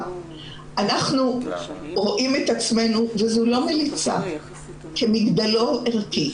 אנחנו רואים את עצמנו ממש בפועל כמגדלור ערכי,